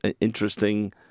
interesting